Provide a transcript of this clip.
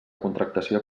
contractació